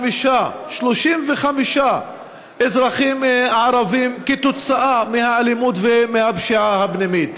35 אזרחים ערבים כתוצאה מהאלימות והפשיעה הפנימית.